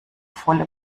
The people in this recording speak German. volle